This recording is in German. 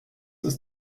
ist